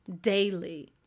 daily